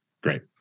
Great